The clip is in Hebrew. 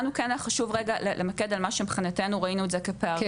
לנו כן היה חשוב למקד על מה שמבחינתנו ראינו את זה כפערים.